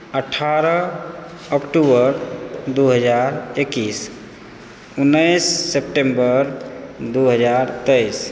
अठारह अक्टूबर दू हजार एकैस उन्नैस सेप्टेम्बर दू हजार तेइस